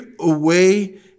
away